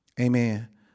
Amen